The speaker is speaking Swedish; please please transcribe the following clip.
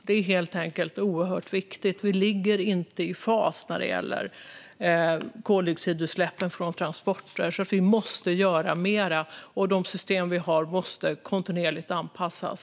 Det är helt enkelt oerhört viktigt. Vi ligger inte i fas när det gäller koldioxidutsläppen från transporter. Vi måste göra mer, och de system vi har måste kontinuerligt anpassas.